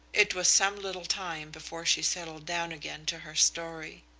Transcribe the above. it was some little time before she settled down again to her story.